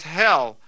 hell